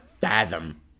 fathom